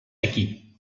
aquí